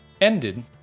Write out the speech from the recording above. ended